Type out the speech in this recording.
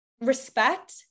respect